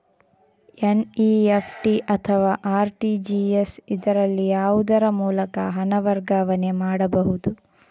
NEFT ಅಥವಾ RTGS, ಇದರಲ್ಲಿ ಯಾವುದರ ಮೂಲಕ ಹಣ ವರ್ಗಾವಣೆ ಮಾಡಬಹುದು?